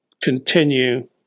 continue